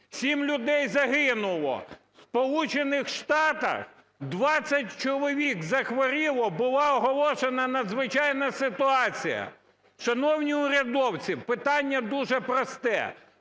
7 людей загинуло. В Сполучених Штатах 20 чоловік захворіло – була оголошена надзвичайна ситуація. Шановні урядовці, питання дуже просте: